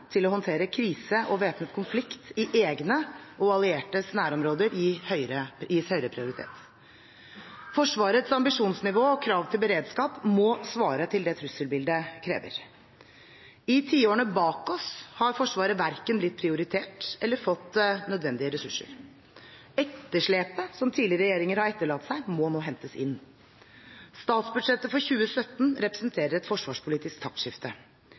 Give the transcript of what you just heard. til å håndtere krise og væpnet konflikt i egne og alliertes nærområder gis høyere prioritet. Forsvarets ambisjonsnivå og krav til beredskap må svare til det trusselbildet krever. I tiårene bak oss har Forsvaret verken blitt prioritert eller fått nødvendige ressurser. Etterslepet tidligere regjeringer har etterlatt seg, må nå hentes inn. Statsbudsjettet for 2017 representerer et forsvarspolitisk taktskifte.